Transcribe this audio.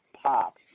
pop